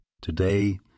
Today